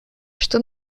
что